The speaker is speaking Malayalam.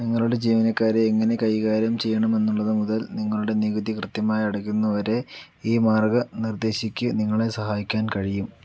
നിങ്ങളുടെ ജീവനക്കാരെ എങ്ങനെ കൈകാര്യം ചെയ്യണമെന്നുള്ളത് മുതൽ നിങ്ങളുടെ നികുതി കൃത്യമായി അടയ്ക്കുന്ന വരെ ഈ മാർഗ്ഗ നിർദ്ദേശിക്ക് നിങ്ങളെ സഹായിക്കാൻ കഴിയും